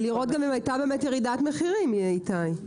לראות אם הייתה באמת ירידת מחירים, איתי.